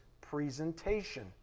presentation